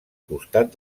costat